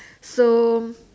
so